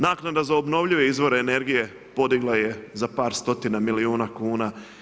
Naknada za obnovljive izvore energije podigla je za par stotina milijuna kuna.